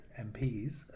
MPs